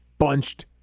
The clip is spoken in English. bunched